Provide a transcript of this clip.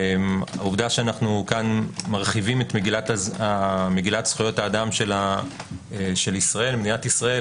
העובדה שאנו כאן מרחיבים את מגילת זכויות האדם של מדינת ישראל,